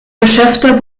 geschäfte